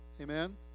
Amen